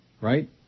Right